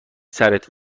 سرت